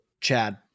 Chad